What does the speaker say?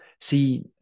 See